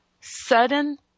sudden